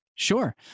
Sure